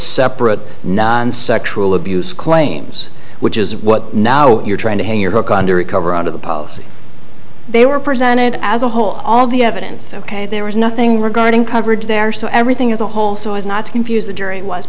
separate non sexual abuse claims which is what now you're trying to hang your hook on to recover out of the policy they were presented as a whole all the evidence ok there was nothing regarding coverage there so everything as a whole so as not to confuse the jury was